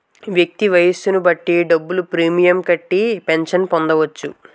వ్యక్తి వయస్సును బట్టి డబ్బులు ప్రీమియం కట్టి పెన్షన్ పొందవచ్చు